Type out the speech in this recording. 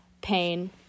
pain